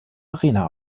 arena